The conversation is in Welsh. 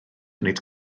wneud